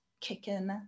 kicking